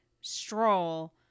stroll